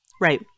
Right